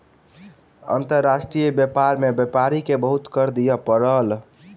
अंतर्राष्ट्रीय व्यापार में व्यापारी के बहुत कर दिअ पड़ल